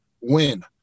win